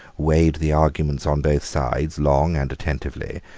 weighed the arguments on both sides long and attentively,